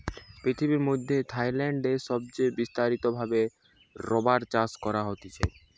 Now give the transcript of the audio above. পৃথিবীর মধ্যে থাইল্যান্ড দেশে সবচে বিস্তারিত ভাবে রাবার চাষ করা হতিছে